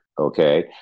Okay